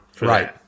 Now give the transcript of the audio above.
right